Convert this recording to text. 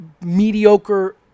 mediocre